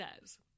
says